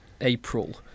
April